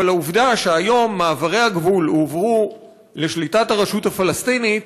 אבל העובדה שהיום מעברי הגבול הועברו לשליטת הרשות הפלסטינית